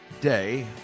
day